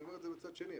אני אומר מצד שני,